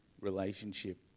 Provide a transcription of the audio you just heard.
relationship